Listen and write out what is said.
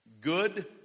good